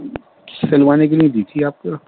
سلوانے کے لیے دی تھی آپ کے